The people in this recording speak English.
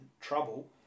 trouble